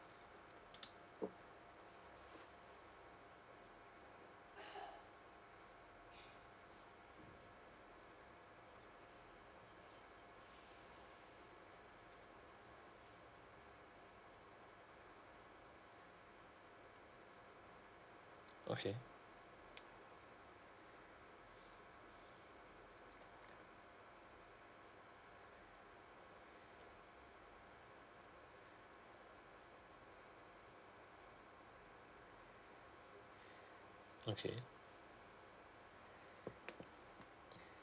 okay okay